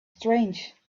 strange